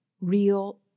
real